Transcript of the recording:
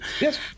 Yes